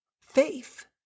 faith